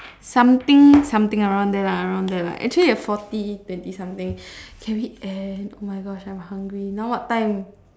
something something around there lah around there lah actually uh forty twenty something can we end oh my gosh I am hungry now what time